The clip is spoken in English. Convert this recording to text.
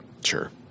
sure